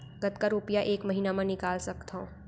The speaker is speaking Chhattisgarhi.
कतका रुपिया एक महीना म निकाल सकथव?